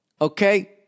Okay